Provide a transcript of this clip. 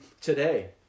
today